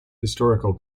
historical